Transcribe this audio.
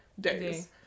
days